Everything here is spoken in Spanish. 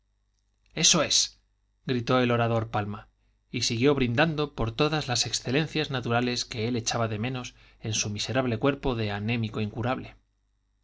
comprender eso es gritó el orador palma y siguió brindando por todas las excelencias naturales que él echaba de menos en su miserable cuerpo de anémico incurable